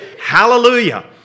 hallelujah